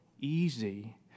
easy